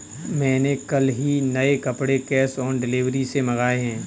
मैंने कल ही नए कपड़े कैश ऑन डिलीवरी से मंगाए